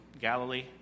Galilee